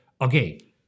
okay